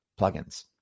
plugins